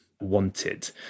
wanted